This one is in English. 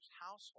household